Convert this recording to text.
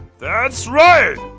that's right!